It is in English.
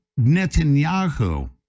Netanyahu